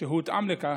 שהותאם לכך.